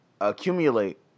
accumulate